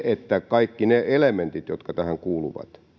että kaikki ne elementit jotka tähän kuuluvat